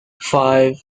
five